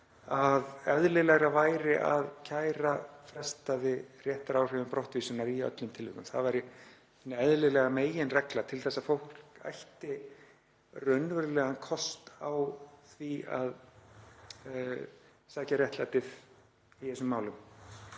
að eðlilegra væri að kæra frestaði réttaráhrifum brottvísunar í öllum tilvikum. Það væri hin eðlilega meginregla til að fólk ætti raunverulegan kost á því að sækja réttlæti í þessum málum.